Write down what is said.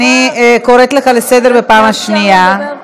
אני קוראת אותך לסדר בפעם השנייה.